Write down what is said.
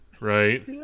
Right